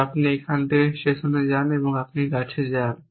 যা আপনি এখান থেকে স্টেশনে যান আপনি গাছে যান